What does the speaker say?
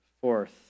Fourth